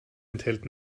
enthält